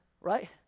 right